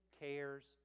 cares